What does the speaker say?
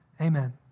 Amen